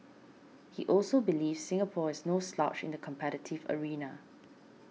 he also believes Singapore is no slouch in the competitive arena